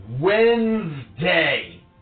Wednesday